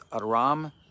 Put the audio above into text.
Aram